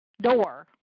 door